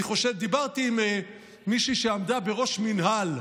דיברתי עם מישהי שעמדה בראש מינהל,